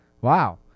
Wow